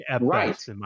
right